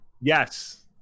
Yes